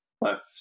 left